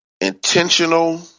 intentional